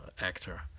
actor